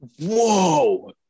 Whoa